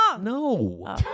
No